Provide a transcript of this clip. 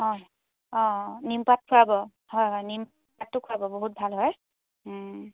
অঁ অঁ নিমপাত খোৱাব হয় হয় নিম পাতটো খোৱাব বহুত ভাল হয়